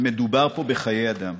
ומדובר פה בחיי אדם.